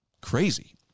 Crazy